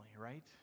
right